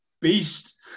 beast